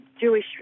Jewish